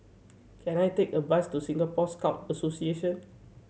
can I take a bus to Singapore Scout Association